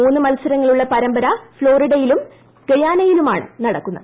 മൂന്ന് മത്സരങ്ങളുളള പരമ്പര ഫ്ളോറിഡയിലും ഗയാനയിലുമായാണ് നടക്കുന്നത്